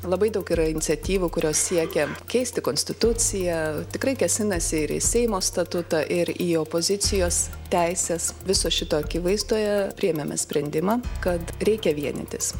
labai daug yra iniciatyvų kurios siekia keisti konstituciją tikrai kėsinasi ir į seimo statutą ir į opozicijos teises viso šito akivaizdoje priėmėme sprendimą kad reikia vienytis